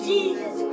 Jesus